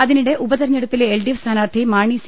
അതിനിടെ ഉപതിരഞ്ഞെടുപ്പിലെ എൽഡിഎഫ് സ്ഥാനാർത്ഥി മാണി സി